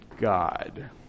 God